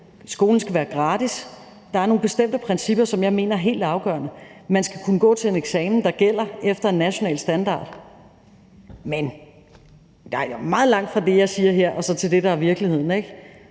skolen skal være gratis. Der er nogle bestemte principper, som jeg mener er helt afgørende. Man skal kunne gå til en eksamen, der gælder efter en national standard. Men der er jo meget langt fra det, jeg siger her, og så til det, der er virkeligheden,